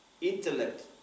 Intellect